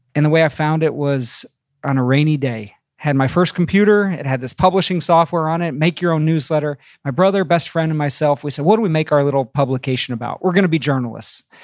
and the way i found it was on a rainy day had my first computer, it had this publishing software on it, make your own newsletter. my brother, best friend and myself, we said, what do we make our little publication about? we're gonna be journalists.